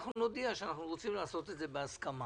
שאנחנו רוצים לעשות את זה בהסכמה